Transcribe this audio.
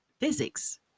Physics